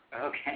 Okay